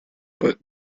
but